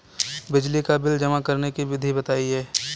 बिजली का बिल जमा करने की विधि बताइए?